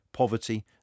Poverty